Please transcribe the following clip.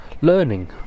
learning